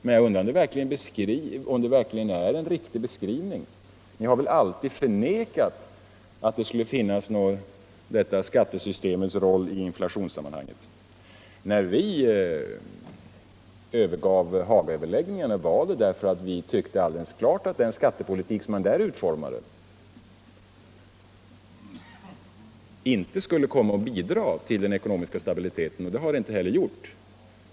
Men jag undrar om det verkligen är en riktig beskrivning. Ni har väl i stället alltid förnekat att det skulle finnas någonting som kan betraktas som skattesystemets roll i inflationssammanhang. När vi övergav Haga-överläggningarna var det just därför att vi tyckte att det var alldeles klart att den skattepolitik som utformades där inte skulle komma att bidra till den ekonomiska stabiliteten, och det har den inte heller gjort.